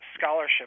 Scholarship